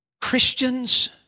Christians